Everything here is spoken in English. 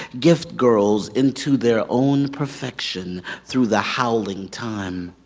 gift girls into their own perfection through the howling time.